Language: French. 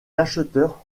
acheteurs